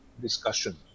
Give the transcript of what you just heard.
discussion